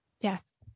Yes